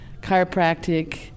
chiropractic